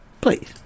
Please